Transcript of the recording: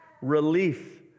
Relief